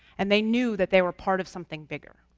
and they knew that they were part of something bigger.